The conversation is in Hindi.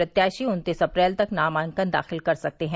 प्रत्याशी उन्तीस अप्रैल तक नामांकन दाखिल कर सकते हैं